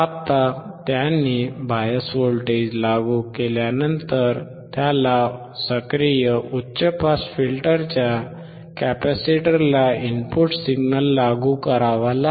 आता त्याने bias voltage लागू केल्यानंतर त्याला सक्रिय उच्च पास फिल्टरच्या कॅपेसिटरला इनपुट सिग्नल लागू करावा लागेल